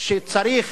שצריך